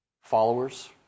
followers